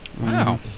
Wow